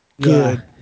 good